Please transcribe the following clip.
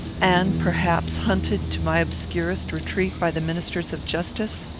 and, perhaps, hunted to my obscurest retreat by the ministers of justice?